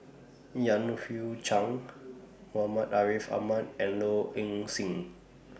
Yan Hui Chang Muhammad Ariff Ahmad and Low Ing Sing